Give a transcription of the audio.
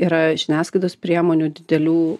yra žiniasklaidos priemonių didelių